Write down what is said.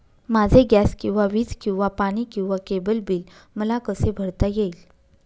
माझे गॅस किंवा वीज किंवा पाणी किंवा केबल बिल मला कसे भरता येईल?